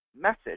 message